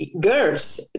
girls